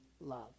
love